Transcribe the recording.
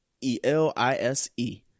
E-L-I-S-E